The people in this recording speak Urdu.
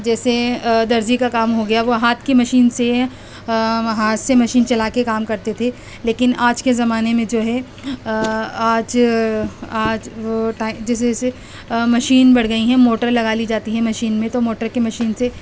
جیسے درزی کا کام ہوگیا وہ ہاتھ کی مشین سے ہاتھ سے مشین چلا کے کام کرتے تھے لیکن آج کے زمانے میں جو ہے آج آج وہ ٹائی جیسے جیسے مشین بڑھ گئی ہیں موٹر لگا لی جاتی ہے مشین میں تو موٹر کی مشین سے